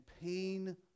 pain